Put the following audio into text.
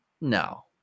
no